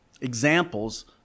examples